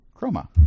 Chroma